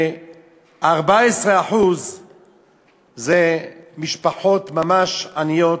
ו-14% זה משפחות ממש עניות.